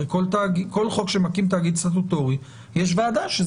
הרי כל חוק שמקים תאגיד סטטוטורי, יש ועדה.